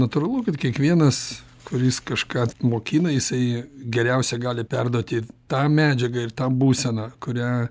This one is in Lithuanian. natūralu kad kiekvienas kuris kažką mokina jisai geriausia gali perduoti tą medžiagą ir tą būseną kurią